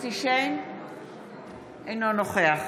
אינו נוכח